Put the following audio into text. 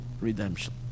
redemption